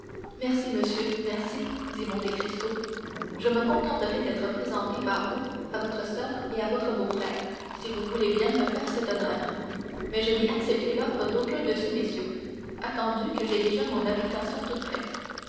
merci monsieur merci dit monte cristo je me contenterai d'être présenté par vous à votre soeur et à votre beau-frère si vous voulez bien me faire cet honneur mais je n'ai accepté l'offre d'aucun de ces messieurs attendu que j'ai déjà mon habitation toute prête